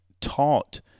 taught